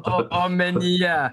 o omenyje